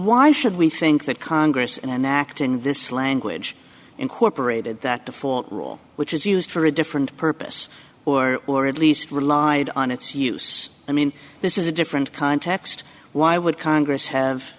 why should we think that congress and act in this language incorporated that the four rule which is used for a different purpose or or at least relied on its use i mean this is a different context why would congress have